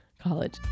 college